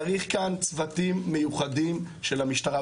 צריך כאן צוותים מיוחדים של המשטרה.